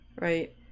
right